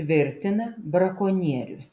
tvirtina brakonierius